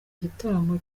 gitaramo